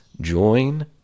Join